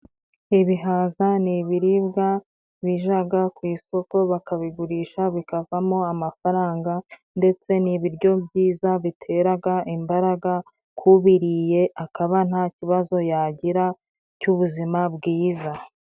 Ibihaza n'ibiribwa bijaga ku isoko bakabigurisha bikavamo amafaranga, ndetse ni ibiryo byiza biteraga imbaraga kubiriye akaba nta kibazo yagira cy'ubuzima bwiza.